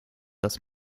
das